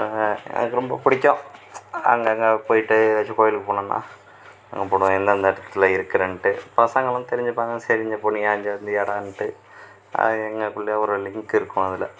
எனக்கு ரொம்ப பிடிக்கும் அங்கங்கே போயிவிட்டு ஏதாச்சும் கோயிலுக்கு போனோன்னா எல்லாம் அந்த இடத்துல இருக்குறன்டு பசங்கள்லாம் தெரிஞ்சிபாங்க சரி இந்த பொண்ணு ஏன் இஞ்ச வந்து ஏற்றாண்டு அது எங்களுக்குள்ளயே ஒரு லிங்க்கு இருக்கும் அதில்